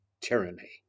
tyranny